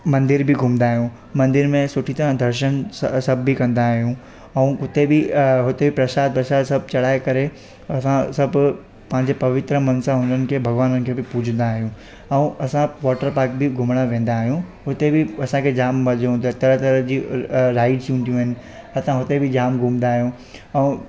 मंदिर बि घुमंदा आहियूं मंदिर में सुठी तरह दर्शन स सभु बि कंदा आहियूं ऐं हुते बि अ हुते प्रशाद व्रशाद सभु चढ़ाए करे असां सभु पंहिंजे पवित्र मन सां हुननि खे भॻवाननि खे बि पूजंदा आहियूं ऐं असां वॉटर पार्क बि घुमणु वेंदा आहियूं उते बि असांखे जाम मज़ो हूंदो तरह तरह जी अ राइड्स हूंदियूं आहिनि असां उते बि जाम घुमंदा आहियूं ऐं